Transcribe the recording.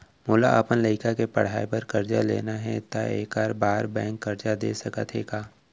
मोला अपन लइका के पढ़ई बर करजा लेना हे, त एखर बार बैंक करजा दे सकत हे का?